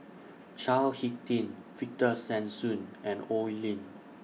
Chao Hick Tin Victor Sassoon and Oi Lin